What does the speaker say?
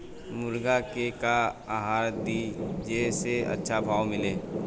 मुर्गा के का आहार दी जे से अच्छा भाव मिले?